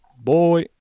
Boy